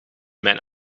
mijn